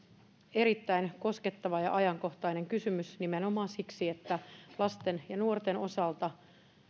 erittäin koskettava ja ajankohtainen kysymys nimenomaan siksi että lasten ja nuorten osalta